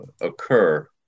occur